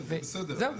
זה בסדר,